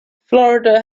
florida